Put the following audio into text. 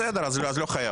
בסדר, אז לא חייב.